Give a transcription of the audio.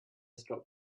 stop